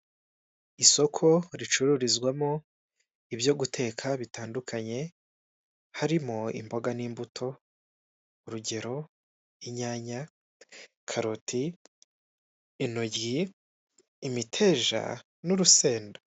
Isoko ricururizwamo ibyo guteka bitandukanye, harimo imboga n'imbuto urugero: inyanya ,karoti, intoryi ,imiteja n'urusenda .